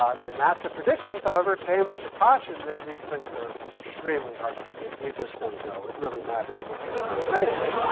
the nasa predictions, however, came with a caution that these things are extremely hard to predict. we just don't know. it really matters what this thing is made of.